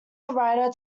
writer